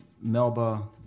Melba